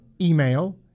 email